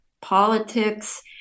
politics